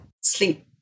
sleep